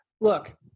look